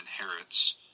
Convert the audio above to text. inherits